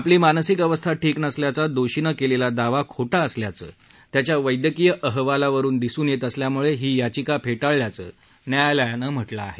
आपली मानसिक अवस्था ठिक नसल्याचा दोषीनं केलेला दावा खोटा असल्याचं त्याच्या वैदयकीय अहवालावरुन दिसून येत असल्याम्ळे ही याचिका फेटाळल्याचं सर्वोच्च न्यायालयानं म्हटलं आहे